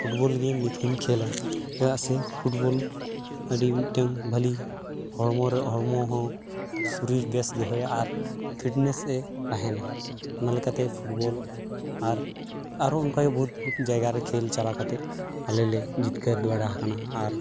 football ᱜᱮ ᱱᱤᱛ ᱦᱚᱧ ᱠᱷᱮᱞᱟ ᱪᱮᱫᱟᱜ ᱥᱮ ᱯᱷᱩᱴᱵᱚᱞ ᱟᱹᱰᱤ ᱢᱤᱫᱴᱟᱝ ᱵᱷᱟᱞᱤ ᱦᱚᱲᱢᱚ ᱨᱮ ᱦᱚᱲᱢᱚ ᱦᱚᱸ ᱥᱚᱨᱤᱨ ᱵᱮᱥ ᱫᱚᱦᱚᱭᱟ ᱟᱨ ᱯᱷᱤᱴᱱᱮᱥᱮ ᱛᱟᱦᱮᱱᱟ ᱚᱱᱟᱞᱮᱠᱟᱛᱮ ᱯᱷᱩᱴᱵᱚᱞ ᱟᱨ ᱟᱨᱚ ᱚᱱᱠᱟᱜᱮ ᱵᱚᱦᱩᱛ ᱵᱚᱦᱩᱛ ᱡᱟᱭᱜᱟᱨᱮ ᱠᱷᱮᱞ ᱪᱟᱞᱟᱣ ᱠᱟᱛᱮᱫ ᱟᱞᱮ ᱞᱮ ᱡᱤᱛᱠᱟᱹᱨ ᱵᱟᱲᱟᱣ ᱟᱠᱟᱱᱟ ᱟᱨ